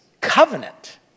covenant